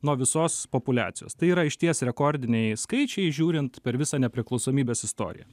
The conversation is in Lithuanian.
nuo visos populiacijos tai yra išties rekordiniai skaičiai žiūrint per visą nepriklausomybės istoriją